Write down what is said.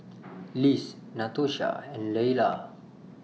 Liz Natosha and Leala